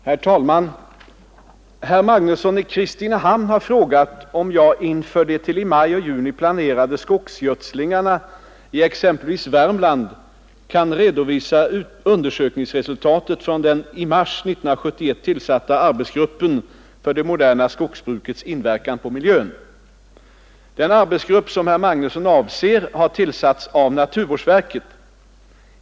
Herr talman! Herr Magnusson i Kristinehamn har frågat om jag inför Nr 57 de till i maj och juni planerade skogsgödslingarna i exempelvis Värmland Torsdagen den kan redovisa undersökningsresultat från den i mars 1971 tillsatta 13 april 1972 arbetsgruppen för det moderna skogsbrukets inverkan på miljön. Den arbetsgrupp som herr Magnusson avser har tillsatts av naturvårdsverket.